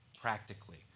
practically